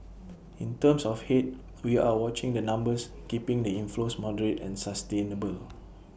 in terms of Head we are watching the numbers keeping the inflows moderate and sustainable